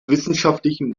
wissenschaftlichen